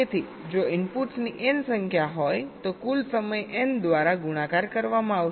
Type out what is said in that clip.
તેથી જો ઇનપુટ્સની n સંખ્યા હોય તો કુલ સમય n દ્વારા ગુણાકાર કરવામાં આવશે